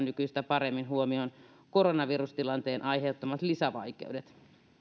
nykyistä paremmin huomioon koronavirustilanteen aiheuttamat lisävaikeudet